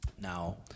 Now